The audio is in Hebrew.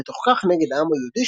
ובתוך כך נגד העם היהודי,